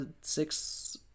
six